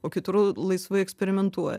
o kitur laisvai eksperimentuoja